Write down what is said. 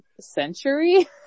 century